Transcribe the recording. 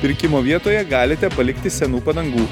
pirkimo vietoje galite palikti senų padangų